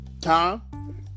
Tom